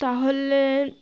তাহলে